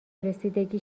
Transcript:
رسیدگی